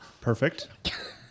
Perfect